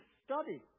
study